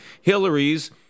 Hillary's